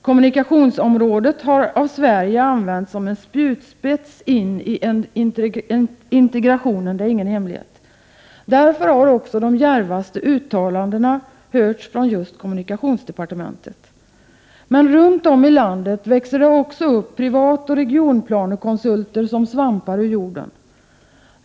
Kommunikationsområdet har av Sverige använts som en spjutspets in i integrationen. Det är ingen hemlighet. Därför har också de djärvaste uttalandena hörts från just kommunikationsdepartementet. Men runt om i landet växer det också upp privatoch regionplanekonsulter som svampar ur jorden.